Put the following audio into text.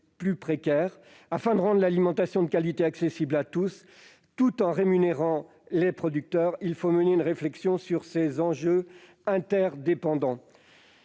plus précaires. Afin de rendre l'alimentation de qualité accessible à tous, tout en rémunérant les producteurs, il faut mener une réflexion sur ces enjeux interdépendants.